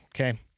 okay